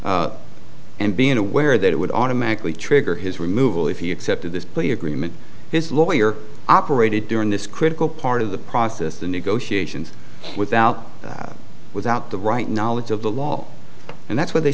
and being aware that it would automatically trigger his removal if he accepted this plea agreement his lawyer operated during this critical part of the process the negotiations without that without the right knowledge of the law and that's what they